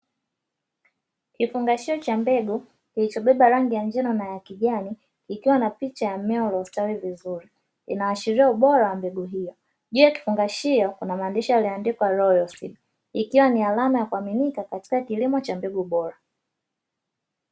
Kifungashio cha mbegu kilichobeba rangi ya njano na ya kijani ikiwa na picha ya mmea uliostawi vizuri inaashiria ubora wa mbegu hiyo, juu ya kifungashio kuna maandishi yaliyoandikwa "Royal seeds" ikiwa ni alama ya kuaminika katika kilimo cha mbegu bora.